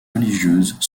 religieuse